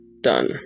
done